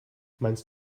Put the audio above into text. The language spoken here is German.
meinst